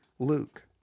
Luke